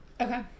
Okay